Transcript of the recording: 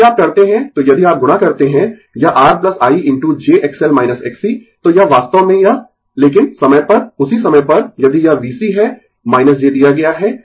तो यदि आप करते है तो यदि आप गुणा करते है यह R I into j XL Xc तो यह वास्तव में यह लेकिन समय पर उसी समय पर यदि यह VC है - j दिया गया है